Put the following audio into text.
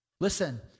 Listen